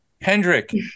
hendrick